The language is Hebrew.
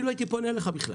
לא קיים בשום מקום בעולם,